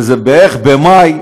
בערך במאי,